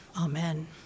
Amen